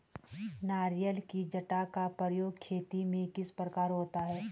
नारियल की जटा का प्रयोग खेती में किस प्रकार होता है?